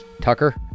Tucker